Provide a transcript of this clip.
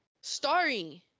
Starring